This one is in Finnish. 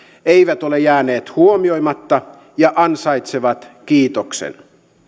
eivät ole jääneet huomioimatta ja ansaitsevat kiitoksen